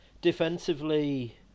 defensively